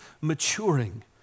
maturing